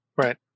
Right